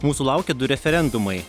mūsų laukia du referendumai